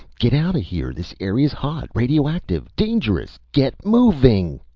get outta here. this area's hot. radioactive. dangerous. get moving!